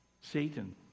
Satan